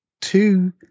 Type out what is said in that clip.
two